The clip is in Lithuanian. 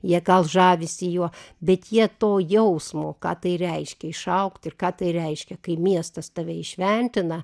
jie gal žavisi juo bet jie to jausmo ką tai reiškia išaugt ir ką tai reiškia kai miestas tave įšventina